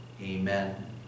Amen